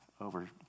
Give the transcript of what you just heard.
over